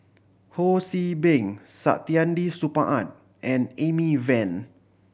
Ho See Beng Saktiandi Supaat and Amy Van